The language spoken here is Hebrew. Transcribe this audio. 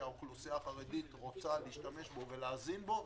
שהאוכלוסייה החרדית רוצה להשתמש בו ולהאזין בו.